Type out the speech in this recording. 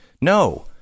No